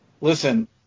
Listen